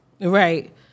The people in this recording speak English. Right